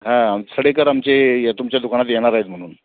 हां सडेकर आमचे तुमच्या दुकानात येणार आहेत म्हणून